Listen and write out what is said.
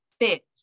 fit